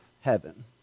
heaven